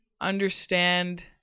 understand